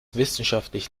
wissenschaftlich